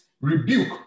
rebuke